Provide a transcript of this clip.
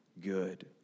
good